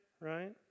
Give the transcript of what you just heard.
right